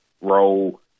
role